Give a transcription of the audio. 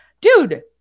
dude